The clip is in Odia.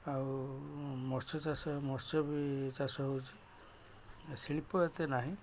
ଆଉ ମତ୍ସ୍ୟ ଚାଷ ମତ୍ସ୍ୟ ବି ଚାଷ ହେଉଛି ଶିଳ୍ପ ଏତେ ନାହିଁ